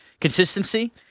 consistency